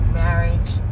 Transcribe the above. marriage